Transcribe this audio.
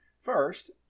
First